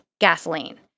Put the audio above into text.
gasoline